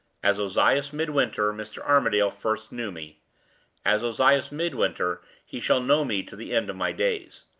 as ozias midwinter, mr. armadale first knew me as ozias midwinter he shall know me to the end of my days.